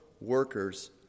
workers